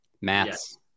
Maths